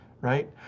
Right